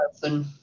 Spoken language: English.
person